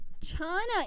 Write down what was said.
China